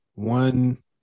One